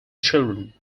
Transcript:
children